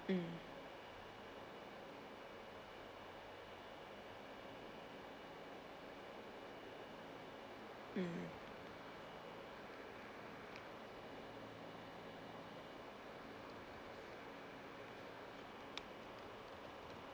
mm mm